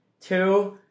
Two